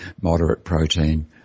moderate-protein